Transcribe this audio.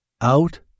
out